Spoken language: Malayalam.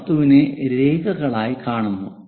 ഈ വസ്തുവിനെ രേഖകളായി കാണുന്നു